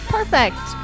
Perfect